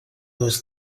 was